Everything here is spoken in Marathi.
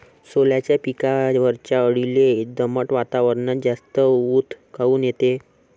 सोल्याच्या पिकावरच्या अळीले दमट वातावरनात जास्त ऊत काऊन येते?